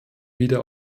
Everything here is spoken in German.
wieder